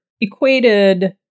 equated